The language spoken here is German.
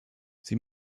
sie